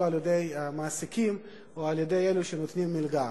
על-ידי המעסיקים או על-ידי אלה שנותנים מלגה.